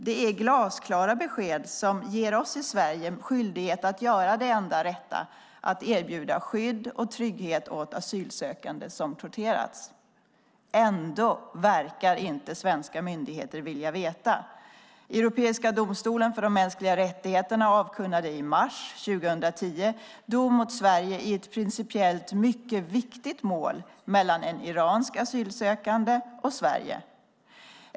Det är glasklara besked som ger oss i Sverige skyldighet att göra det enda rätta, nämligen att erbjuda skydd och trygghet åt asylsökande som torterats. Ändå verkar inte svenska myndigheter vilja veta. Europeiska domstolen för de mänskliga rättigheterna avkunnade i mars 2010 dom mot Sverige i ett principiellt mycket viktigt mål mellan en iransk asylsökande och Sverige.